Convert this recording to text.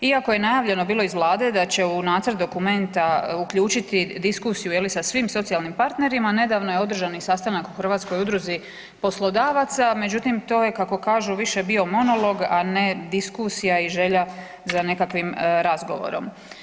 Iako je najavljeno bilo iz Vlade da će u nacrt dokumenta uključiti diskusiju, je li, sa svim socijalnim partnerima, nedavno je održani sastanak u Hrvatskoj udruzi poslodavaca, međutim, to je, kako kažu, više bio monolog, a ne diskusija i želja za nekakvim razgovorom.